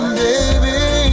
baby